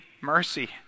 mercy